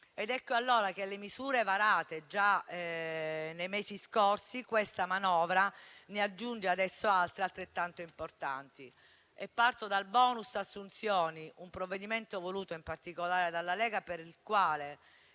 Ecco allora che alle misure varate già nei mesi scorsi questa manovra ne aggiunge altre altrettanto importanti. Parto dal *bonus* assunzioni, un provvedimento voluto in particolare dalla Lega, per il quale